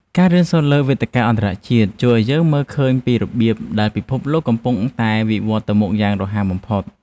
ការរៀនសូត្រលើវេទិកាអន្តរជាតិជួយឱ្យយើងមើលឃើញពីរបៀបដែលពិភពលោកកំពុងតែវិវត្តន៍ទៅមុខយ៉ាងរហ័សបំផុត។